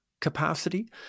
capacity